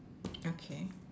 okay